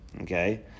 Okay